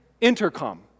intercom